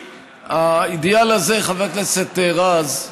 האידיאל הזה, חבר הכנסת רז,